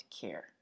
care